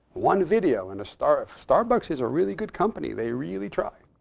one video and a starbucks starbucks is a really good company. they really try.